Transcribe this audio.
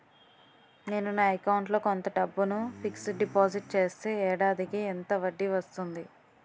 నేను నా అకౌంట్ లో కొంత డబ్బును ఫిక్సడ్ డెపోసిట్ చేస్తే ఏడాదికి ఎంత వడ్డీ వస్తుంది?